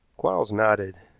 quarles nodded.